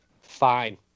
fine